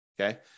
Okay